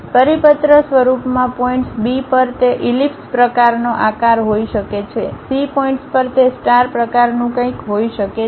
પરિપત્ર સ્વરૂપમાં points B પર તે ઈલિપ્સ પ્રકારનો આકાર હોઈ શકે છે c પોઇન્ટ્સ પર તે સ્ટાર પ્રકારનું કંઈક હોઈ શકે છે